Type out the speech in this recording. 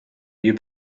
you